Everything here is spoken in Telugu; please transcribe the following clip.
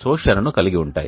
శోషణను కలిగి ఉంటాయి